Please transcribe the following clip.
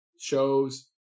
shows